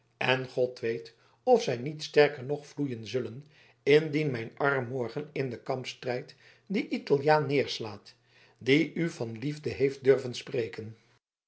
en god weet of zij niet sterker nog vloeien zullen indien mijn arm morgen in den kampstrijd dien italiaan neerslaat die u van liefde heeft durven spreken